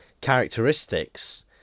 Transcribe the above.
characteristics